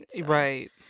Right